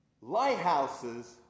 lighthouses